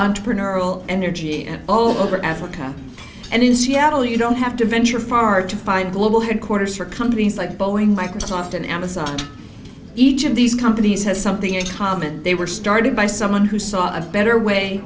entrepreneurial energy and all over africa and in seattle you don't have to venture far to find global headquarters for companies like boeing microsoft and amazon each of these companies has something in common they were started by someone who saw a better way